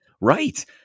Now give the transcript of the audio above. Right